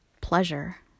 Pleasure